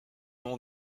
nom